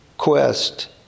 quest